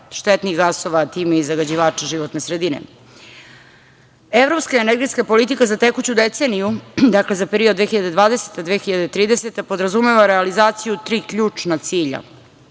štetnih gasova, a time i zagađivač životne sredine. Evropska energetska politika za tekuću deceniju, dakle, za period 2020 – 2030. godina, podrazumeva realizaciju tri ključna cilja,